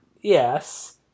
Yes